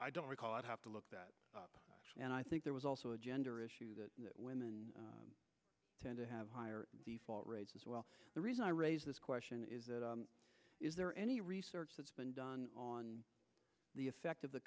i don't recall i'd have to look that up and i think there was also a gender issue that women tend to have higher default rates as well the reason i raise this question is is there any research that's been done on the effect of the